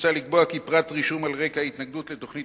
מוצע לקבוע כי פרט רישום על רקע התנגדות לתוכנית